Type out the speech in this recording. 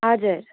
हजुर